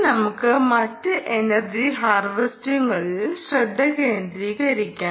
ഇനി നമുക്ക് മറ്റ് എനർജി ഹാർവെസ്റ്റിങ്ങുകളിൽ ശ്രദ്ധ കേന്ദ്രീകരിക്കാം